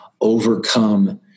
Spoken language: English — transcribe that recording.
overcome